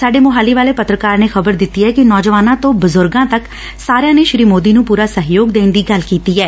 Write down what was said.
ਸਾਡੇ ਮੁਹਾਲੀ ਵਾਲੇ ਪੱਤਰਕਾਰ ਨੇ ਖ਼ਬਰ ਦਿੱਤੀ ਐ ਕਿ ਨੌਜਵਾਨਾ ਤੈਂ ਬਜੁਰਗਾ ਤੱਕ ਸਾਰਿਆ ਨੇ ਸ੍ਰੀ ਸੋਦੀ ਨੰ ਪੁਰਾ ਸਹਿਯੋਗ ਦੇਣ ਦੀ ਗੱਲ ਕੀਤੀ ਐ